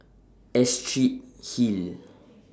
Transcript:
Astrid Hill